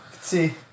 see